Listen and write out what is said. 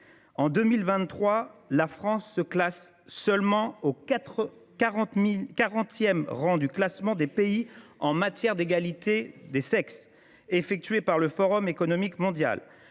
En 2023, la France se situe seulement au quarantième rang du classement des pays en matière d’égalité des sexes effectué par le Forum économique mondial.